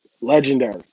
legendary